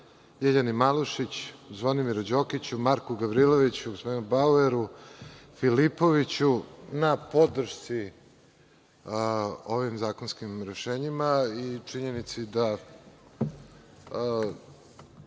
LJiljani Malušić, Zvonimiru Đokiću, Marku Gavriloviću, gospodinu Baueru, Filipoviću na podršci ovim zakonskim rešenjima i činjenici da